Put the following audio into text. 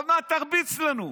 עוד מעט תרביץ לנו.